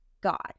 God